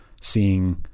seeing